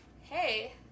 hey